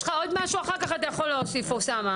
יש לך עוד משהו אחר כך אתה יכול להוסיף אוסאמה.